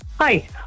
Hi